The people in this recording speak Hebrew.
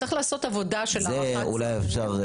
צריך לעשות עבודה של הערכת --- אולי אפשר,